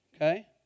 Okay